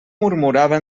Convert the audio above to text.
murmurava